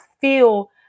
feel